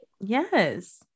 yes